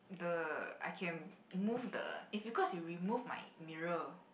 the I can move the it's because you removed my mirror